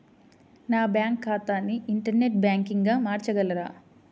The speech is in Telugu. నా బ్యాంక్ ఖాతాని ఇంటర్నెట్ బ్యాంకింగ్గా మార్చగలరా?